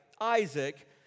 Isaac